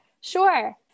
Sure